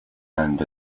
and